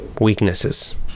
weaknesses